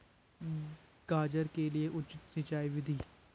गाजर के लिए उचित सिंचाई विधि?